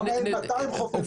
למה אין 200 חופים מוכרזים?